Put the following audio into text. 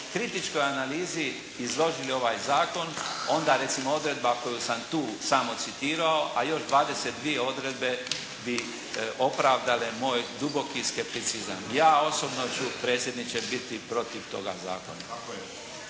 kritičkoj analizi izložili ovaj zakon onda recimo odredba koju sam tu samo citirao, a još 22 odredbe bi opravdale moj duboki skepticizam. Ja osobno ću predsjedniče biti protiv toga zakona.